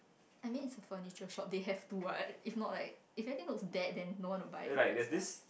I mean it's a furniture shop they have to what if not like if everything look bad then no one will buy their stuff